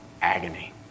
agony